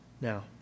now